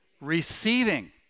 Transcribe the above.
Receiving